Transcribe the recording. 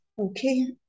Okay